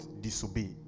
disobey